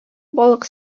балык